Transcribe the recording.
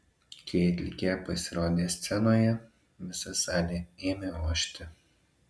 kai atlikėja pasirodė scenoje visa salė ėmė ošti